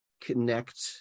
connect